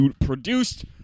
produced